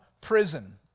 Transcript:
prison